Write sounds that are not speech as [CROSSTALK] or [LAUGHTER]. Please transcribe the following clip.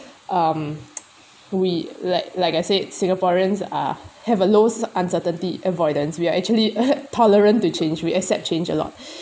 um [NOISE] we like like I said singaporeans are have a low cer~ uncertainty avoidance we are actually ugh tolerant to change we accept change a lot